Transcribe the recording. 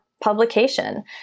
publication